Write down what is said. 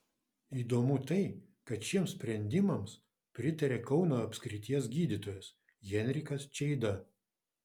įdomu tai kad šiems sprendimams pritaria kauno apskrities gydytojas henrikas čeida